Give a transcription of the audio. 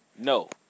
No